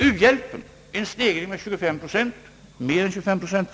Beträffande u-hjälpen föreslås en stegring med mer än 25 procent.